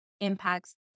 impacts